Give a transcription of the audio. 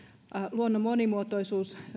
luonnon monimuotoisuus